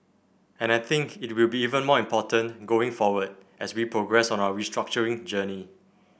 and I think it will be even more important going forward as we progress on our restructuring journey